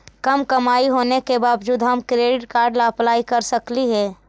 कम कमाई होने के बाबजूद हम क्रेडिट कार्ड ला अप्लाई कर सकली हे?